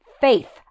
faith